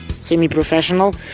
semi-professional